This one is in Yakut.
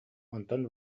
онтон